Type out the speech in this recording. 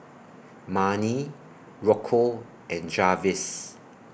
Marni Rocco and Jarvis